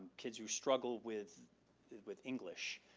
kids who struggle with with english,